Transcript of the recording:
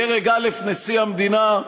דרג א' נשיא המדינה,